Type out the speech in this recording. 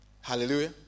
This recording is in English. Hallelujah